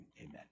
amen